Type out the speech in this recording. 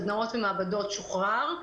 סדנאות ומעבדות שוחרר,